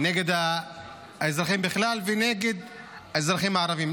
נגד האזרחים בכלל ונגד האזרחים הערבים.